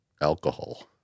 alcohol